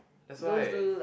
that's why